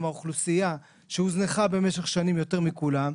הם האוכלוסייה שהוזנחה במשך שנים יותר מכולם,